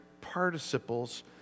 participles